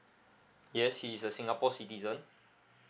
yes he is a singapore citizen